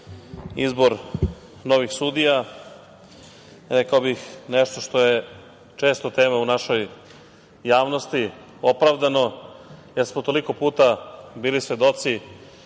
izbor novih sudija, rekao bih nešto što je često tema u našoj javnosti, opravdano, jer smo toliko puta bili svedoci